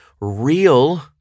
real